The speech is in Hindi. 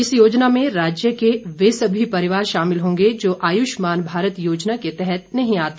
इस योजना में राज्य के वह सभी परिवार शामिल होंगे जो आयुष्मान भारत योजना के तहत नहीं आते